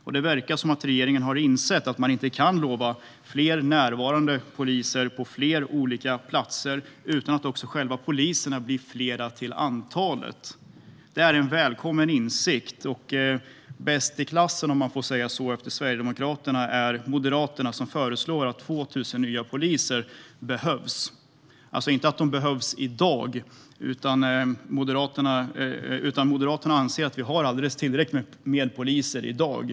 Det verkar också som att regeringen har insett att man inte kan lova fler närvarande poliser på fler platser utan att själva poliserna också blir fler till antalet. Det är en välkommen insikt, och bäst i klassen - om man får säga så - efter Sverigedemokraterna är Moderaterna som menar att det behövs 2 000 nya poliser. Man menar alltså inte att de behövs i dag, utan man anser att vi har alldeles tillräckligt med poliser i dag.